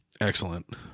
Excellent